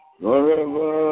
forever